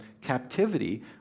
captivity